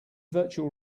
virtual